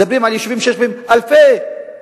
מדברים על יישובים שיש בהם אלפי תושבים.